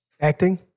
Acting